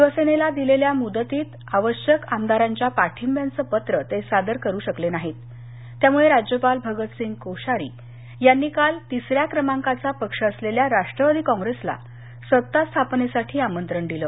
शिवसेनेला दिलेल्या मुदतीत आवश्यक आमदारांच्या पाठींब्याचं पत्र ते सादर करू शकले नाहीत त्यामुळे राज्यपाल भगतसिंह कोश्यारी यांनी काल तिस या क्रमांकाचा पक्ष असलेल्या राष्ट्रवादी काँग्रेसला सत्तास्थापनेसाठी आमंत्रण दिलं